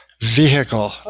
vehicle